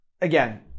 Again